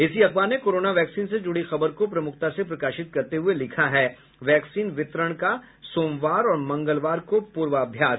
इसी अखबार ने कोरोना वैक्सीन से जुड़ी खबर को प्रमुखता से प्रकाशित करते हुये लिखा है वैक्सीन वितरण का सोमवार और मंगलवार को पूर्वाभ्यास